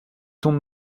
tombe